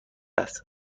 است